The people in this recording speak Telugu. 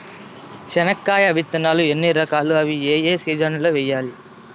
చెనక్కాయ విత్తనాలు ఎన్ని రకాలు? అవి ఏ ఏ సీజన్లలో వేయాలి?